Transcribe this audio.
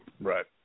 Right